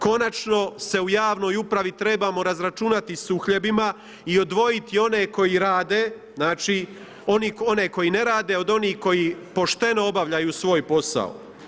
Konačno se u javnoj upravi trebamo razračunati s uhljebima i odvojiti one koji rade, znači oni koji ne rade od onih koji pošteno obavljaju svoj posao.